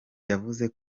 yavuze